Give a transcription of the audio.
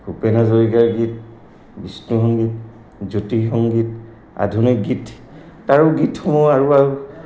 ভূপেন হাজৰিকাৰ গীত বিষ্ণু সংগীত জ্যোতি সংগীত আধুনিক গীত তাৰো গীতসমূহ আৰু আৰু